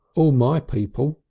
all my people,